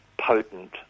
potent